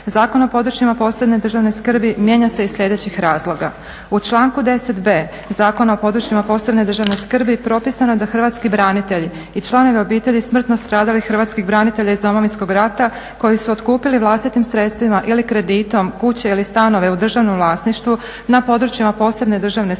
Zakon o područjima posebne državne skrbi mijenja se iz slijedećih razloga: u članku 10.b Zakona o područjima posebne državne skrbi propisano da Hrvatski branitelji i članovi obitelji smrtno stradalih Hrvatskih branitelja iz Domovinskog rata koji su otkupili vlastitim sredstvima ili kreditom kuće ili stanove u državnom vlasništvu na područjima posebne državne skrbi